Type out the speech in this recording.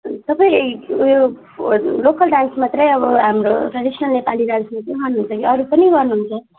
तपाईँले उयो local dance मात्रै अब हाम्रो ट्रेडिसनल नेपाली डान्सहरू मात्रै गर्नुहुन्छ अरू पनि गर्नुहुन्छ